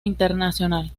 internacional